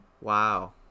Wow